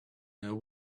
know